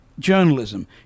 journalism